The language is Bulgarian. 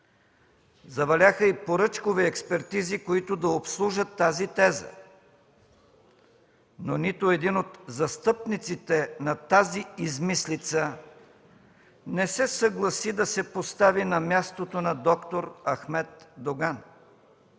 Заваляха и поръчкови експертизи, които да обслужат тази теза, но нито един от застъпниците на тази измислица не се съгласи да се постави на мястото на д-р Ахмед Доган,